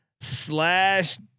slash